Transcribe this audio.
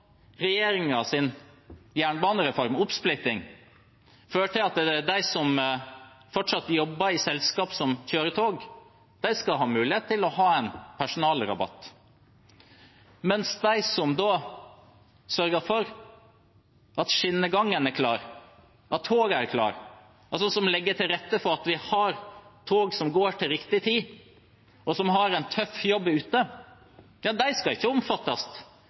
kjører tog, skal ha mulighet til å ha en personalrabatt, mens de som sørger for at skinnegangene og togene er klare, som legger til rette for at vi har tog som går til riktig tid, og som har en tøff jobb ute, etter det vi vet, ikke skal omfattes